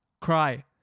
cry